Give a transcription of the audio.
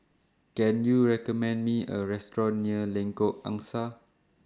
Can YOU recommend Me A Restaurant near Lengkok Angsa